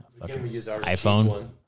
iPhone